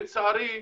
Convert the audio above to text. לצערי,